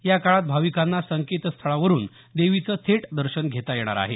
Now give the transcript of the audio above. याकाळात भाविकांना संकेतस्थळावरुन देवीचं थेट दर्शन घेता येणार आहे